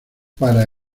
para